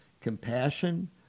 Compassion